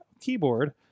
keyboard